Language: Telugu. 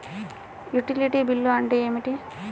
యుటిలిటీ బిల్లు అంటే ఏమిటి?